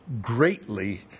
greatly